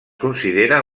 considera